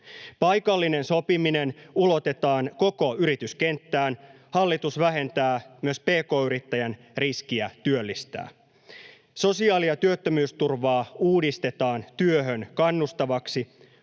Paikallinen sopiminen ulotetaan koko yrityskenttään. Hallitus vähentää myös pk-yrittäjän riskiä työllistää. Sosiaali- ja työttömyysturvaa uudistetaan työhön kannustavaksi.